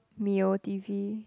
Mio T_V